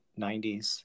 90s